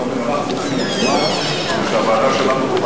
אתה אומר, אנחנו, כדי שהוועדה שלנו תוכל,